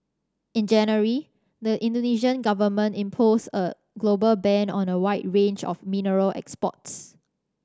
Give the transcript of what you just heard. in January the Indonesian Government imposed a global ban on a wide range of mineral exports